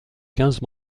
quinze